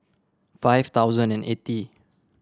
five thousand and eighty